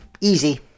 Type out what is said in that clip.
Easy